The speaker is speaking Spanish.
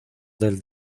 del